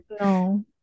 No